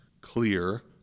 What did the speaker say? clear